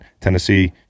Tennessee